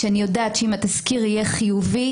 שאני יודעת שאם התסקיר יהיה חיובי,